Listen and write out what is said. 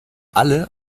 alle